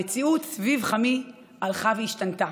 המציאות סביב חמי הלכה והשתנתה